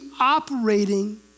operating